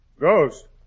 Ghost